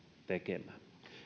tekemään